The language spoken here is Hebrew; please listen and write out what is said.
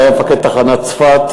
והיה אתי מפקד תחנת צפת,